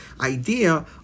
idea